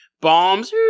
Bombs